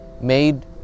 made